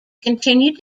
continue